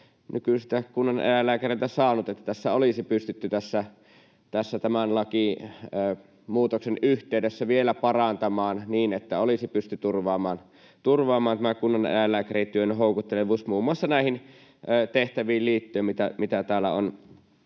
nykyisiltä kunnaneläinlääkäreiltä saanut — tässä olisi pystytty tätä lakimuutosta vielä parantamaan niin, että olisi pystytty turvaamaan tämä kunnaneläinlääkärityön houkuttelevuus muun muassa näihin tehtäviin liittyen, mitä täällä on